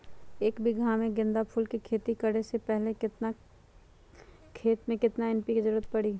एक बीघा में गेंदा फूल के खेती करे से पहले केतना खेत में केतना एन.पी.के के जरूरत परी?